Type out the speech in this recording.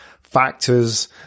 factors